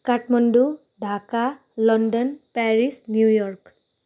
Kathmandu Dhaka London Paris New York